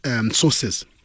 sources